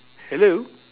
hello